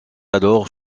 alors